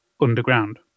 underground